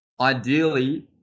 ideally